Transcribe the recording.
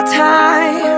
time